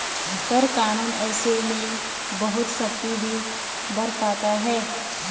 कर कानून ऐसे में बहुत सख्ती भी बरतता है